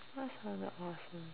what sounded awesome